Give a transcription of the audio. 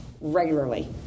regularly